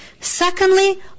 Secondly